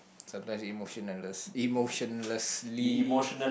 sometime emotionless emotionlessly